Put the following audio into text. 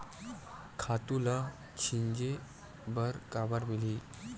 खातु ल छिंचे बर काबर मिलही?